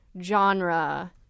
genre